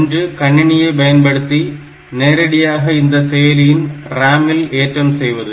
ஒன்று கணினியை பயன்படுத்தி நேரடியாக அந்த செயலியின் RAM இல் ஏற்றம் செய்வது